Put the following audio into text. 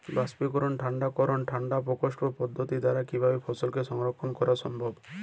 বাষ্পীকরন ঠান্ডা করণ ঠান্ডা প্রকোষ্ঠ পদ্ধতির দ্বারা কিভাবে ফসলকে সংরক্ষণ করা সম্ভব?